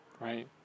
right